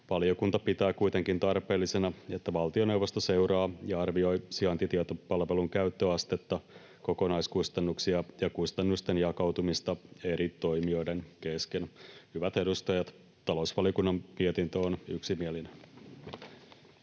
Valiokunta pitää kuitenkin tarpeellisena, että valtioneuvosto seuraa ja arvioi sijaintitietopalvelun käyttöastetta, kokonaiskustannuksia ja kustannusten jakautumista eri toimijoiden kesken. Hyvät edustajat, talousvaliokunnan mietintö on yksimielinen.